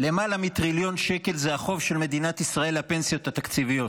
למעלה מטריליון שקל זה החוב של מדינת ישראל לפנסיות התקציביות.